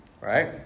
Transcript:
right